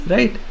Right